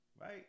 right